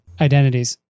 identities